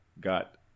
got